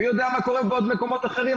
מי יודע מה קורה בעוד מקומות אחרים,